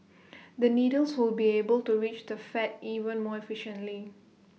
the needles will be able to reach the fat even more efficiently